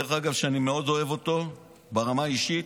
דרך אגב, אני מאוד אוהב אותו ברמה האישית.